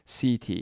CT